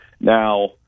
Now